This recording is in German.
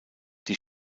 die